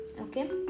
Okay